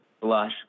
blush